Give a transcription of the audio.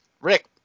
rick